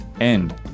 End